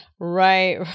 right